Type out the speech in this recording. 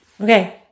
Okay